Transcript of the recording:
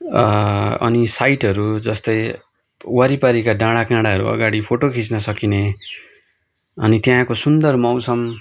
अनि साइटहरू जस्तै वरिपरिका डाँडाकाँड़ाहरू अगाडि फोटो खिच्न सकिने अनि त्यहाँको सुन्दर मौसम